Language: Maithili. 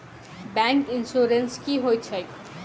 बैंक इन्सुरेंस की होइत छैक?